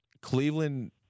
cleveland